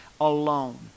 alone